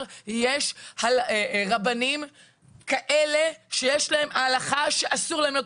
יש על רבנים כאלה שיש להם הלכה שאסור להם ללמוד,